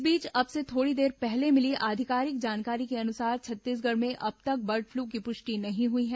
इस बीच अब से थोड़ी देर पहले मिली आधिकारिक जानकारी के अनुसार छत्तीसगढ़ में अब तक बर्ड फ्लू की पुष्टि नहीं हुई है